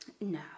No